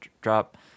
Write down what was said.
drop